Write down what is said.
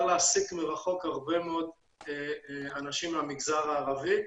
להעסיק מרחוק הרבה מאוד אנשים מהמגזר הערבי,